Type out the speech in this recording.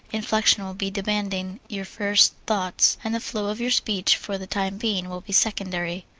inflection will be demanding your first thoughts, and the flow of your speech, for the time being, will be secondary.